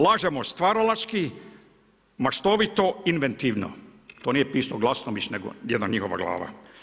Lažemo stvaralački, maštovito, inventivno, to nije pisao Glasnović, nego jedna njihova glava.